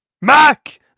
Mac